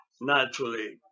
naturally